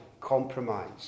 Compromise